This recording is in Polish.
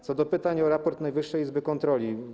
Co do pytań o raport Najwyższej Izby Kontroli.